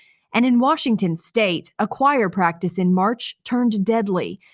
and in washington state a choir practice in march turned deadly.